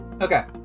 Okay